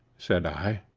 said i,